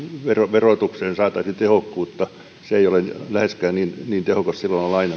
verotukseen saataisiin tehokkuutta se ei ole läheskään niin tehokasta silloin